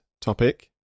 topic